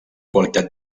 qualitat